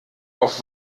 auf